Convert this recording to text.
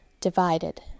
divided